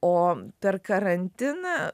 o per karantiną